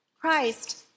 Christ